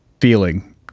feeling